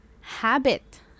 Habit